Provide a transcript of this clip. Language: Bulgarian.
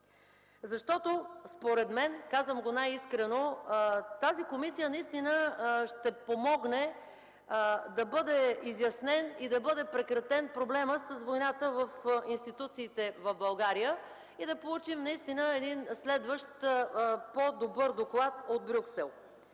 Защото, според мен – казвам го най-искрено, тази комисия наистина ще помогне да бъде изяснен и прекратен проблемът с войната в институциите в България и да получим наистина един следващ по-добър доклад от Брюксел.